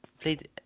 played